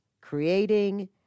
creating